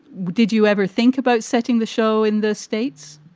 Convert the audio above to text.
did you ever think about setting the show in the states?